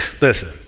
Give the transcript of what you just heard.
listen